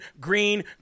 green